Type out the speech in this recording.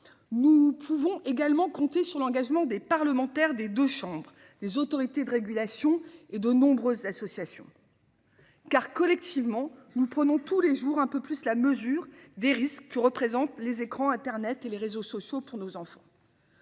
Nous pouvons également compter sur l'engagement des parlementaires des 2 chambres. Les autorités de régulation et de nombreuses associations. Car, collectivement, nous prenons tous les jours un peu plus la mesure des risques que représentent les écrans Internet et les réseaux sociaux pour nos enfants.